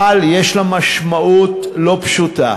אבל יש לה משמעות לא פשוטה.